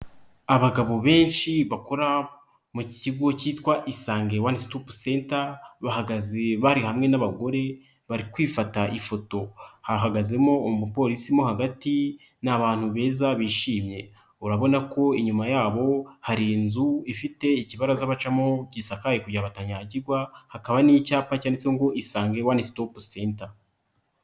Abagabo benshi bakora mu kigo cyitwa isange wani sitopu senta bahagaze bari hamwe n'abagore bari kwifata ifoto, hahagazemo umupolisi mo hagati n'abantu beza bishimye, urabona ko inyuma yabo har'inzu ifite ikibaraza bacamo gisakaye kugira ngo batanyagirwa, hakaba n'icyapa cyanditseho ngo isange wani sitopu senta.